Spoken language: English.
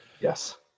Yes